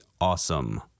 awesome